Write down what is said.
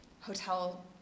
hotel